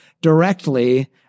directly